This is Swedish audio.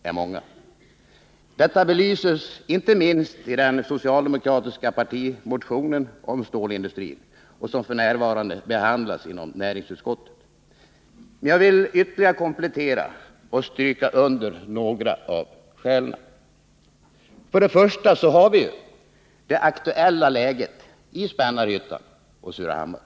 Detta belyses inte minst i den socialdemokratiska partimotion om stålindustrin som f.n. behandlas inom näringsutskottet. Men jag vill ytterligare komplettera och Nr 124 stryka under några av skälen. Fredagen den För det första: Det aktuella läget i Spännarhyttan och Surahammar.